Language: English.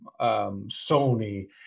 Sony